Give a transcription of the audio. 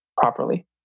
properly